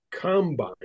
combine